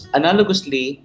analogously